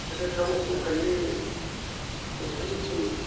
rest rest house दंखायो बेवहायनो फै